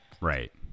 Right